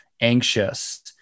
anxious